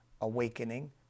Awakening